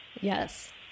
Yes